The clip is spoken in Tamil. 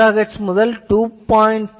3 GHz முதல் 2